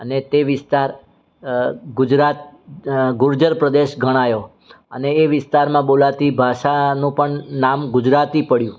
અને તે વિસ્તાર ગુજરાત ગુર્જર પ્રદેશ ગણાયો અને એ વિસ્તારમાં બોલાતી ભાષાનું પણ નામ ગુજરાતી પડ્યું